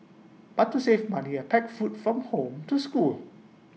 but to save money I packed food from home to school